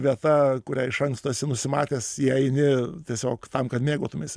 vieta kurią iš anksto nusimatęs jei eini tiesiog tam kad mėgautumeisi